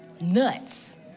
nuts